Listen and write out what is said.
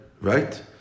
right